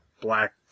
black